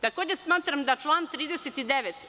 Takođe smatram da član 39.